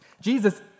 Jesus